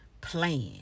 plan